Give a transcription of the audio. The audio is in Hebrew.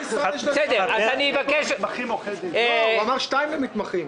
הוא אמר שתיים למתמחים.